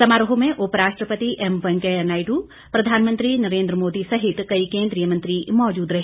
समारोह में उपराष्ट्रपति एम वेंकैया नायडू प्रधानमंत्री नरेंद्र मोदी सहित कई केंद्रीय मंत्री मौजूद रहे